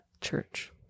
church